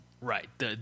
Right